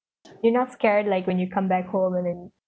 you're not scared like when you come back home and then